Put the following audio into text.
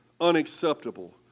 Unacceptable